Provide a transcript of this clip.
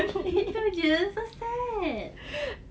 itu jer so sad